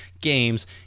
games